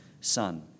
son